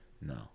No